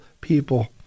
people